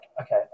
okay